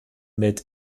mit